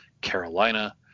Carolina